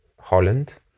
Holland